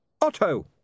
Otto